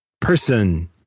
person